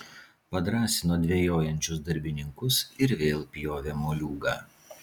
padrąsino dvejojančius darbininkus ir vėl pjovė moliūgą